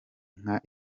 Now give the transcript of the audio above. nka